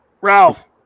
Ralph